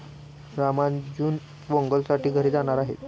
रामानुज पोंगलसाठी घरी जाणार आहे